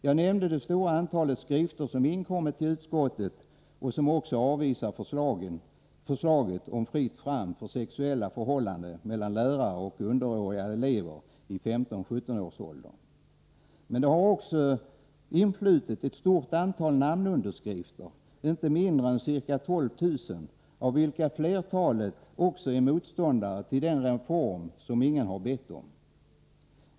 Jag nämnde det stora antalet skrifter som inkommit till utskottet och som också avvisar förslaget om fritt fram för sexuella förhållanden mellan lärare och underåriga elever i 15-17-årsåldern. Det har också influtit ett stort antal namnunderskrifter, inte mindre än ca 12 000, av vilka flertalet också är motståndare till den reform som ingen har bett om.